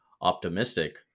optimistic